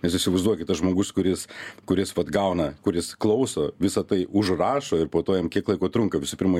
nes įsivaizduokit tas žmogus kuris kuris vat gauna kuris klauso visa tai užrašo ir po to jam kiek laiko trunka visų pirma